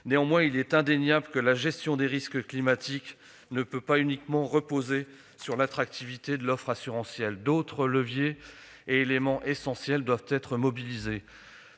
Néanmoins, il est indéniable que la gestion des risques climatiques ne peut uniquement reposer sur l'attractivité de l'offre assurantielle. D'autres leviers et éléments essentiels doivent être mobilisés